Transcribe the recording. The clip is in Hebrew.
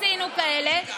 עשינו כאלה,